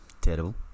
Terrible